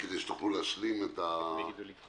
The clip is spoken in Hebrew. כדי שתוכלו להשלים את העבודה.